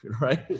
Right